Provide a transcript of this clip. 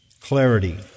clarity